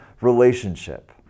relationship